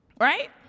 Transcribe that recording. right